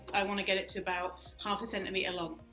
i wanna get it to about half a centimeter long.